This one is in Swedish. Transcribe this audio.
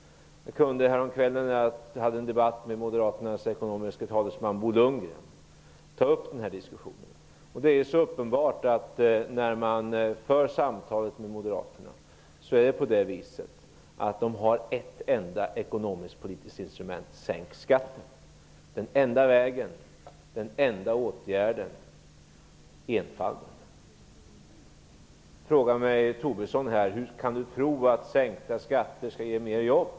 Jag kunde häromkvällen när jag hade en debatt med Moderaternas ekonomiske talesman Bo Lundgren ta upp den här diskussionen. När man för samtal med Moderaterna är det helt uppenbart att de har ett enda ekonomisk-politiskt instrument: Sänk skatten! Det är den enda vägen, den enda åtgärden. Det är enfalden. Nu frågar Tobisson hur jag kan tro att höjda skatter skall ge mer jobb.